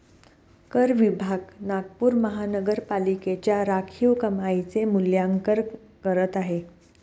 कर विभाग नागपूर महानगरपालिकेच्या राखीव कमाईचे मूल्यांकन करत आहे